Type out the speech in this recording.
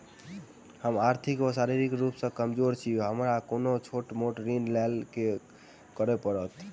हम आर्थिक व शारीरिक रूप सँ कमजोर छी हमरा कोनों छोट मोट ऋण लैल की करै पड़तै?